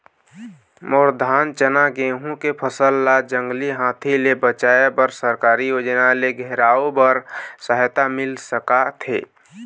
मोर धान चना गेहूं के फसल ला जंगली हाथी ले बचाए बर सरकारी योजना ले घेराओ बर सहायता मिल सका थे?